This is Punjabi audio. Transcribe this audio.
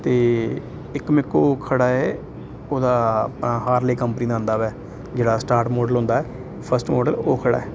ਅਤੇ ਇੱਕ ਮੇਰੇ ਕੋਲ ਖੜ੍ਹਾ ਹੈ ਉਹਦਾ ਆ ਹਾਰਲੇ ਕੰਪਨੀ ਦਾ ਹੁੰਦਾ ਹੈ ਜਿਹੜਾ ਸਟਾਰਟ ਮਾਡਲ ਹੁੰਦਾ ਫਸਟ ਮਾਡਲ ਉਹ ਖੜ੍ਹਾ